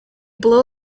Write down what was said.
blow